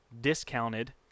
discounted